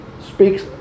speaks